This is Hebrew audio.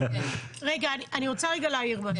להעיר משהו.